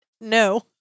No